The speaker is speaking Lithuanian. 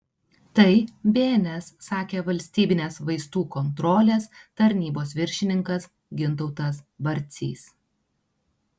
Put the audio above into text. tai bns sakė valstybinės vaistų kontrolės tarnybos viršininkas gintautas barcys